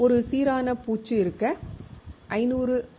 ஒரு சீரான பூச்சு இருக்க 500 ஆர்